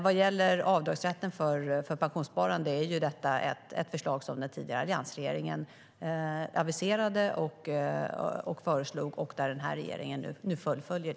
Vad gäller avdragsrätten för pensionssparande är detta ett förslag som alliansregeringen tidigare aviserade och föreslog och som den här regeringen nu fullföljer.